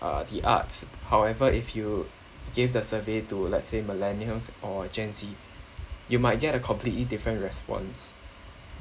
uh the arts however if you gave the survey to let's say millennials or gen Z you might get a completely different response